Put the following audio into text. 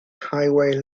highway